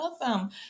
Awesome